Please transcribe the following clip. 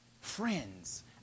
Friends